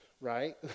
right